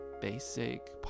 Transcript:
basic